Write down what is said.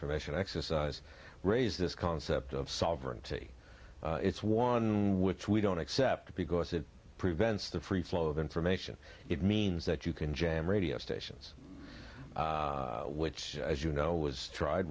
information exercise raise this concept of sovereignty it's one which we don't accept because it prevents the free flow of information it means that you can jam radio stations which as you know was tried